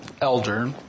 elder